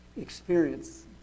experience